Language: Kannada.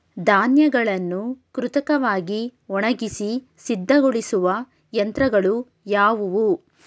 ಧಾನ್ಯಗಳನ್ನು ಕೃತಕವಾಗಿ ಒಣಗಿಸಿ ಸಿದ್ದಗೊಳಿಸುವ ಯಂತ್ರಗಳು ಯಾವುವು?